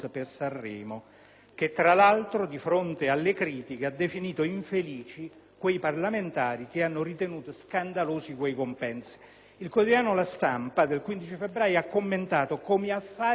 che, tra l'altro, di fronte alle critiche, ha definito infelici quei parlamentari che hanno ritenuto scandalosi quei compensi. Il quotidiano «La Stampa» del 15 febbraio ha commentato come affari di famiglia